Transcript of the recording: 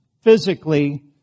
physically